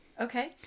Okay